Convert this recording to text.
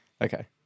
Okay